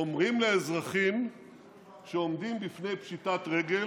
אומרים לאזרחים שעומדים בפני פשיטת רגל,